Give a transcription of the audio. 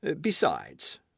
Besides